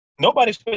Nobody's